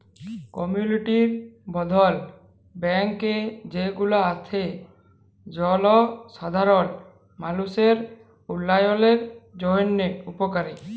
community বর্ধল bank যে গুলা আসে জলসাধারল মালুষের উল্যয়নের জন্হে উপকারী